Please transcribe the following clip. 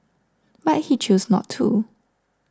but he chose not to